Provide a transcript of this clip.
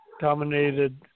dominated